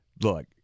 Look